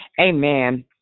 amen